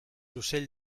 ocell